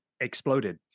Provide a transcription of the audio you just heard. exploded